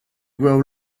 grow